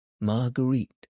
Marguerite